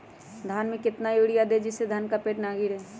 धान में कितना यूरिया दे जिससे धान का पेड़ ना गिरे?